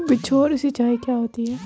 बौछारी सिंचाई क्या होती है?